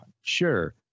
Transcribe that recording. sure